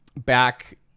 back